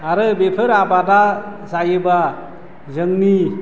आरो बेफोर आबादआ जायोबा जोंनि